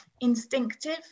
instinctive